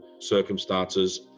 circumstances